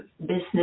business